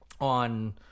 on